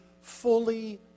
fully